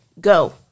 go